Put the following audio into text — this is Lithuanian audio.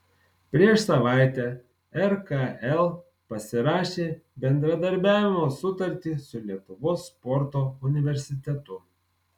prieš savaitę rkl pasirašė bendradarbiavimo sutartį su lietuvos sporto universitetu